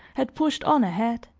had pushed on ahead.